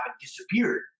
disappeared